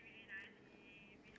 your classmate